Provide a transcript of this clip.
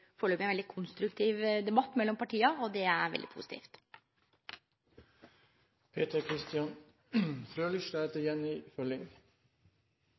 foreløpig har vore ein veldig konstruktiv debatt mellom partia, og det er veldig positivt.